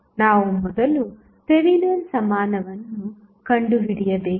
ನಾವು ಮೊದಲು ಥೆವೆನಿನ್ ಸಮಾನವನ್ನು ಕಂಡುಹಿಡಿಯಬೇಕು